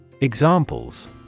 Examples